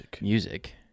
music